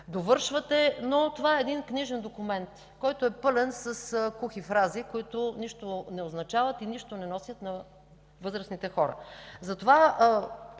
но това е един книжен документ, който е пълен с кухи фрази, които нищо не означават и нищо не носят на възрастните хора.